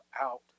out